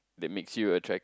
that makes you attract